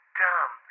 dumb